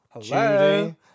Hello